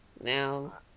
Now